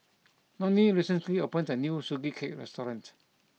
Nonie recently opened a new Sugee Cake restaurant